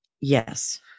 yes